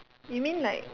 you mean like